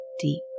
deep